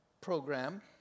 program